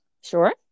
Sure